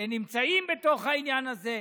שנמצאים בתוך העניין הזה.